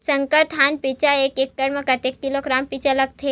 संकर धान बीज एक एकड़ म कतेक किलोग्राम बीज लगथे?